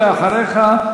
ולאחריך,